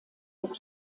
des